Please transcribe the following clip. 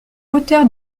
auteur